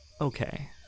Okay